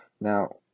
Now